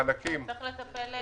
זה צריך להפוך לטיפול ממוקד.